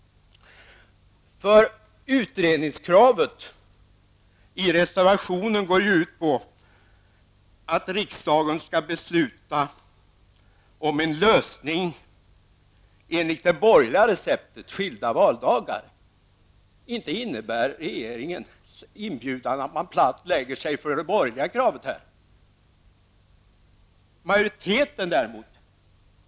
Utredningskravet i reservationen går ju ut på att riksdagen skall besluta om en lösning enligt det borgerliga receptet, alltså skilda valdagar. Men inte innebär regeringens inbjudan att man platt lägger sig för detta borgerliga krav.